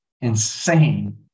insane